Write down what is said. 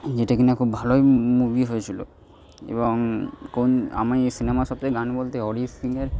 যেটা কি না খুব ভালোই মুভি হয়েছিল এবং কোন আমি এই সিনেমার সব থেকে গান বলতে অরিজিৎ সিং এর